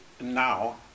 now